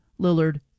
Lillard